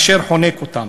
אשר חונק אותם.